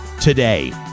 today